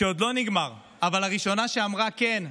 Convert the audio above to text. עוד לא נגמר, אבל אורנה הראשונה שאמרה: כן,